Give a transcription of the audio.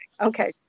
Okay